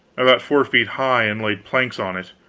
about four feet high, and laid planks on it,